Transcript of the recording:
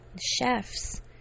Chefs